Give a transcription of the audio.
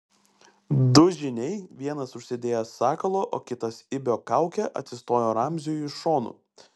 du žyniai vienas užsidėjęs sakalo o kitas ibio kaukę atsistojo ramziui iš šonų